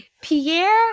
Pierre